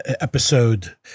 episode